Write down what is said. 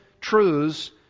truths